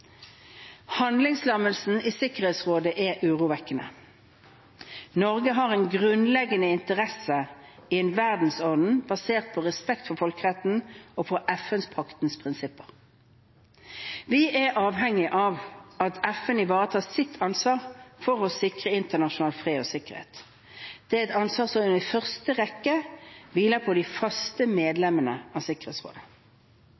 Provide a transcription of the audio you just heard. Handlingslammelsen i Sikkerhetsrådet er urovekkende. Norge har en grunnleggende interesse i en verdensorden basert på respekt for folkeretten og FN-paktens prinsipper. Vi er avhengige av at FN ivaretar sitt ansvar for å sikre internasjonal fred og sikkerhet. Det er et ansvar som i første rekke hviler på de faste